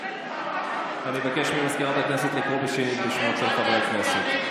נגד אני מבקש מסגנית מזכיר הכנסת לקרוא שנית את שמות חברי הכנסת.